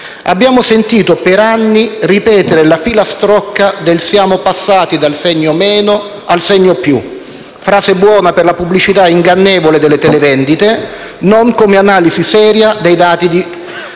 Abbiamo sentito per anni ripetere la filastrocca «siamo passati dal segno meno al segno più», frase buona per la pubblicità ingannevole delle televendite non per un'analisi seria dei dati di